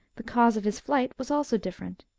the cause of his flight was also different.